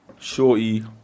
Shorty